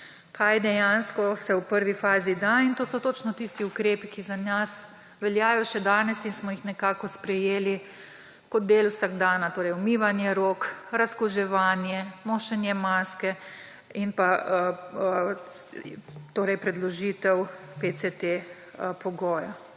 kaj dejansko se da v prvi fazi. In to so točno tisti ukrepi, ki za nas veljajo še danes in smo jih sprejeli kot del vsakdana: umivanje rok, razkuževanje, nošenje maske in predložitev pogoja